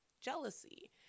jealousy